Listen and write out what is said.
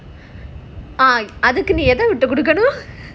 ah அதுக்கு நீ எதை விட்டு கொடுக்கனும்:adhuku nee edha vittu kodukanum